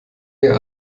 mir